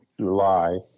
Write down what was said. July